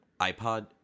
iPod